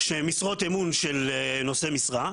שהן משרות אמון של נושא המשרה,